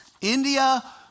India